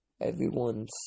everyone's